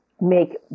make